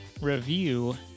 review